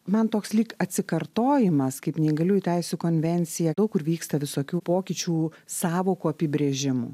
man toks lyg atsikartojimas kaip neįgaliųjų teisių konvencija daug kur vyksta visokių pokyčių sąvokų apibrėžimų